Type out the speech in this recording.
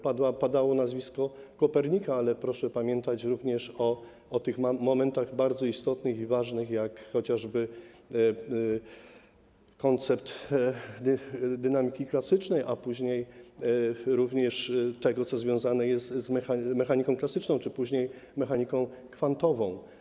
Padało nazwisko Kopernika, ale proszę pamiętać również o tych momentach bardzo istotnych i ważnych, jak chociażby koncept dynamiki klasycznej, a później również o tym, co jest związane z mechaniką klasyczną czy później mechaniką kwantową.